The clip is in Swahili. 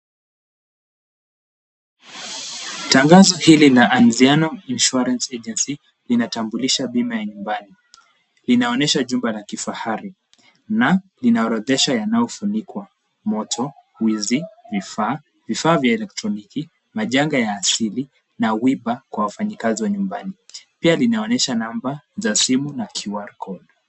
Tangazo hili la Anziano Insurance Agency linatambulisha bima ya nyumbani. Inaonyesha jumba la kifahari na inaorodhesha yanayofunikwa; moto, wizi, vifaa, vifaa vya elektroniki, majanga ya asili na WIBA kwa wafanyikazi wa nyumbani, Pia linaonyesha namba za simu na QR code .